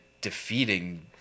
defeating